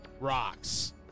rocks